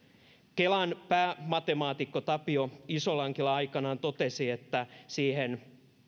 kelan päämatemaatikko tapio isolankila aikanaan totesi että siihen